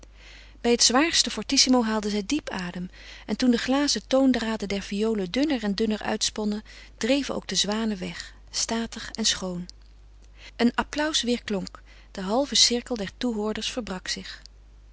bij het zwaarste fortissimo haalde zij diep adem en toen de glazen toondraden der violen dunner en dunner uitsponnen dreven ook de zwanen weg statig en schoon een applaus weêrklonk de halve cirkel der toehoorders verbrak zich